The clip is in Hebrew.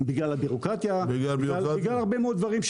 בגלל הביורוקרטיה ובגלל הרבה מאוד דברים,